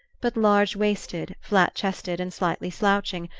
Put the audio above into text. but large-waisted, flat-chested and slightly slouching,